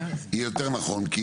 יהיה יותר נכון,